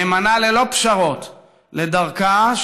נאמנה ללא פשרות לדרכה,